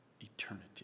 eternity